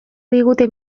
digute